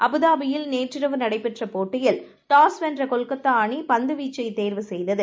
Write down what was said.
அபுதாபியில்நேற்றிரவுநடைபெற்றபோட்டியில்டாஸ்வெ ன்றகொல்கத்தாஅணி பந்துவீச்சைதேர்வுசெய்தது